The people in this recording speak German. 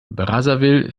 brazzaville